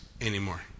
anymore